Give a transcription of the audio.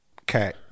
Okay